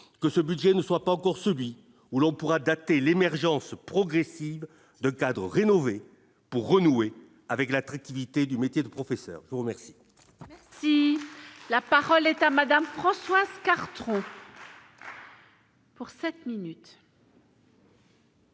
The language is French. que ce budget ne soit pas encore celui où l'on pourra dater l'émergence progressive de cadre rénové pour renouer avec l'attractivité du métier de professeur pour merci. Si la parole est à Madame Françoise. Pour 7 minutes.